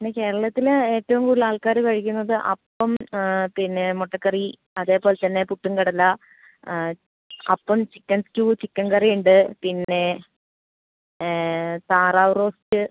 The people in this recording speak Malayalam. പിന്നെ കേരളത്തിൽ ഏറ്റവും കൂടുതൽ ആൾക്കാർ കഴിക്കുന്നത് അപ്പം പിന്നെ മുട്ടക്കറി അതുപോലെത്തന്നെ പുട്ടും കടല അപ്പം ചിക്കൻ സ്റ്റു ചിക്കൻ കറിയുണ്ട് പിന്നെ താറാവ് റോസ്റ്റ്